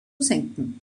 senken